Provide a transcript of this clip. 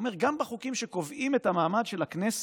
הוא אומר: גם בחוקים שקובעים את המעמד של הכנסת,